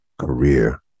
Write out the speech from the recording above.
career